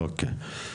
אוקי.